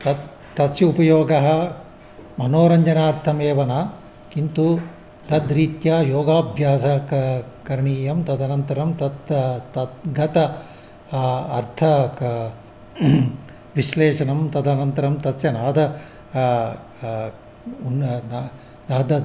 तत् तस्य उपयोगः मनोरञ्जनार्थमेव न किन्तु तद्रीत्या योगाभ्यासं क करणीयम् तदनन्तरं तत् तद्गतः अर्थविश्लेषणं क तदनन्तरं तस्य नादः उन्न न नादः